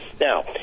Now